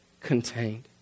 contained